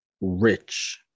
rich